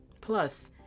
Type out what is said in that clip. Plus